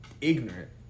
ignorant